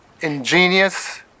ingenious